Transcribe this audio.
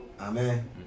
Amen